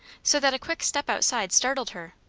so that a quick step outside startled her,